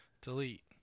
Delete